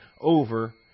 over